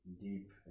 deep